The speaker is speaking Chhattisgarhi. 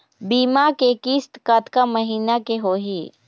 बीमा के किस्त कतका महीना के होही?